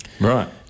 right